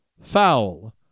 Foul